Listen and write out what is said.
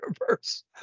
universe